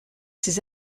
ses